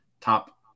top